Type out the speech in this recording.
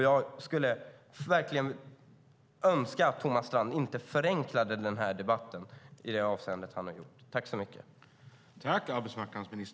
Jag skulle verkligen önska att Thomas Strand inte förenklade debatten på detta sätt.